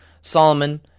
Solomon